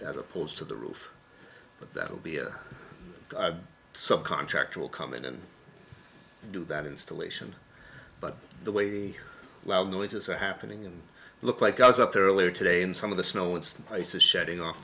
as opposed to the roof but that will be our subcontractor will come in and do that installation but the way the loud noises are happening and look like i was up there earlier today and some of the snow it's the ice is setting off